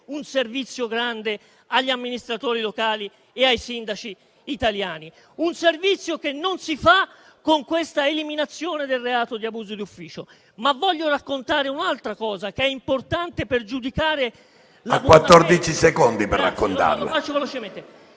servizio agli amministratori locali e ai sindaci italiani, un servizio che non si fa con l'eliminazione del reato di abuso di ufficio. Voglio raccontare un'altra cosa, che è importante per giudicare la buona